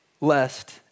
Lest